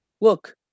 look